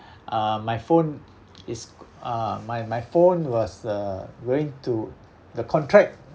uh my phone is uh my my phone was uh going to the contract